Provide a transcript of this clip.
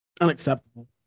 unacceptable